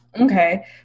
Okay